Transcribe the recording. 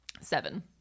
Seven